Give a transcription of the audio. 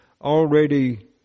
already